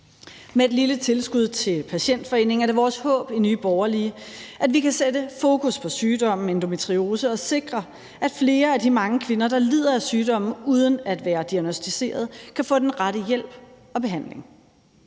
Med et lille tilskud til patientforeningen er det vores håb i Nye Borgerlige, at vi kan sætte fokus på sygdommen endometriose og sikre, at flere af de mange kvinder, der lider af sygdommen uden at være diagnosticeret, kan få den rette hjælp og behandling.